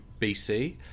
BC